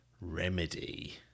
Remedy